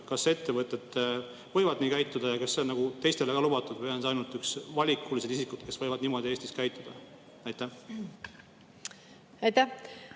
kas ettevõtjad võivad nii käituda? Kas see on nagu teistele ka lubatud või on ainult valikulised isikud, kes võivad niimoodi Eestis käituda? Aitäh!